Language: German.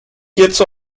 hierzu